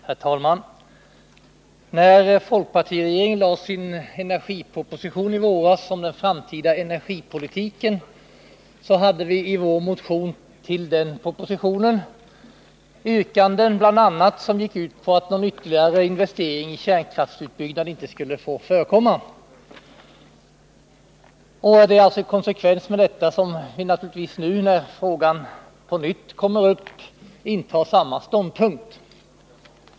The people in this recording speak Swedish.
Herr talman! När folkpartiregeringen i våras lade fram sin proposition om den framtida energipolitiken hade vi i vår motion till den propositionen yrkanden som bl.a. gick ut på att någon ytterligare investering i kärnkraftsutbyggnad inte skulle få förekomma. När frågan nu på nytt kommer upp intar vi i konsekvens med detta samma ståndpunkt.